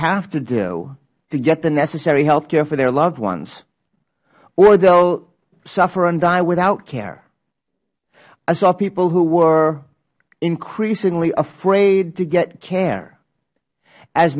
have to do to get the necessary health care for their loved ones or they will suffer and die without care i saw people who were increasingly afraid to get care as